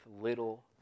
little